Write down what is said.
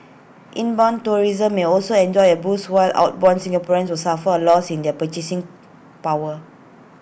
inbound tourism may also enjoy A boost while outbound Singaporeans will suffer A loss in their purchasing power